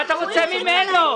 אני שואל.